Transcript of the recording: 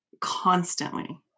constantly